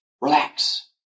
relax